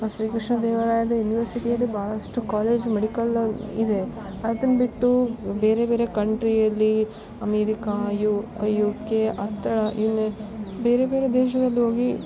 ಮತ್ತು ಶ್ರೀ ಕೃಷ್ಣ ದೇವರಾಯ ಯೂನಿವರ್ಸಿಟಿಯಲ್ಲಿ ಭಾಳಷ್ಟು ಕಾಲೇಜು ಮೆಡಿಕಲ್ ಇದೆ ಅದನ್ನು ಬಿಟ್ಟು ಬೇರೆ ಬೇರೆ ಕಂಟ್ರಿಯಲ್ಲಿ ಅಮೇರಿಕ ಯು ಕೆ ಅತ್ತಳ ಇವೆ ಬೇರೆ ಬೇರೆ ದೇಶದಲ್ ಹೋಗಿ